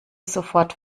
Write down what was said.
sofort